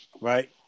right